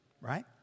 Right